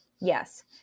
Yes